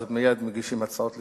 אז מייד מגישים הצעות לסדר-היום,